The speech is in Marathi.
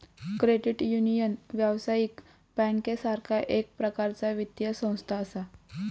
क्रेडिट युनियन, व्यावसायिक बँकेसारखा एक प्रकारचा वित्तीय संस्था असा